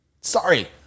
sorry